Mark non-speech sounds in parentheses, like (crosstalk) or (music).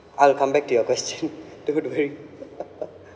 I'll come back to your question don't worry (laughs)